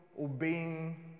obeying